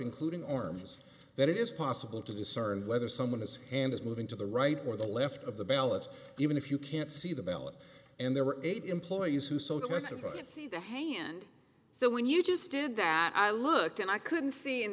including arms that it is possible to discern whether someone is and is moving to the right or the left of the ballot even if you can't see the ballot and there were eight employees who so testified see the hand so when you just did that i looked and i couldn't see in